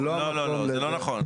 לא, זה לא נכון.